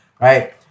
right